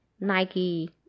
Nike